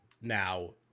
now